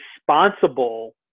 responsible